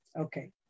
okay